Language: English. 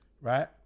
right